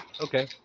Okay